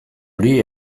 hori